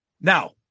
now